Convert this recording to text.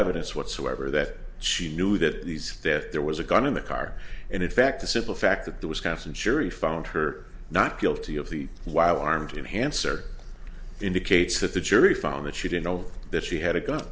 evidence whatsoever that she knew that these that there was a gun in the car and in fact the simple fact that there was constant surety found her not guilty of the wild armed enhancer indicates that the jury found that she didn't know that she had a gun